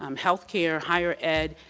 um health care, higher ed,